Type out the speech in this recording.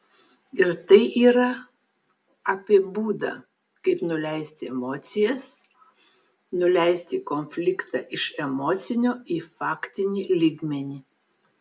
ir tai yra apie būdą kaip nuleisti emocijas nuleisti konfliktą iš emocinio į faktinį lygmenį